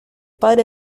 padre